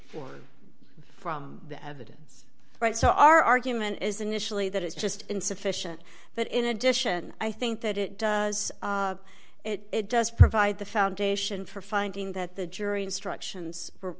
er from the evidence right so our argument is initially that it's just insufficient but in addition i think that it does it does provide the foundation for finding that the jury instructions for